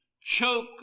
choke